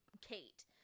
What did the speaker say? Kate